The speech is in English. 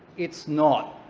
it's not.